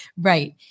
Right